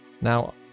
Now